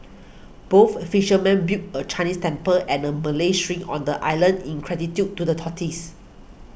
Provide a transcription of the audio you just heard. both fishermen built a Chinese temple and a Malay shrine on the island in gratitude to the tortoise